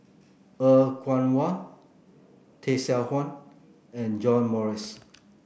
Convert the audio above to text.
Er Kwong Wah Tay Seow Huah and John Morrice